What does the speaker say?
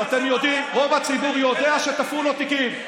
אבל רוב הציבור יודע שתפרו לו תיקים,